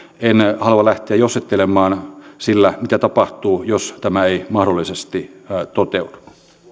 en halua lähteä jossittelemaan sillä mitä tapahtuu jos tämä ei mahdollisesti toteudu